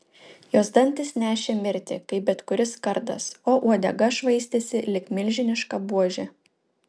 jos dantys nešė mirtį kaip bet kuris kardas o uodega švaistėsi lyg milžiniška buožė